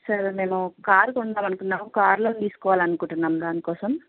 sir నేను car కొనాలి అనుకున్నాం కారు లోన్ తీసుకోవాలి అనుకుంటున్నాం దాని కోసం